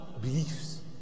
beliefs